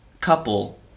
couple